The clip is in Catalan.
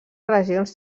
regions